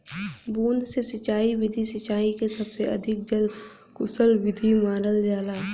बूंद से सिंचाई विधि सिंचाई क सबसे अधिक जल कुसल विधि मानल जाला